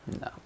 No